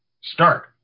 Start